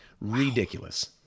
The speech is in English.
Ridiculous